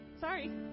Sorry